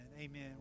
Amen